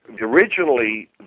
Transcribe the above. originally